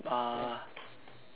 uh